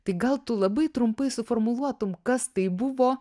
tai gal tu labai trumpai suformuluotum kas tai buvo